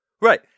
Right